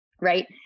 right